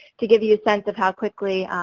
to give you a sense of how quickly,